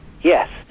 yes